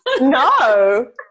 No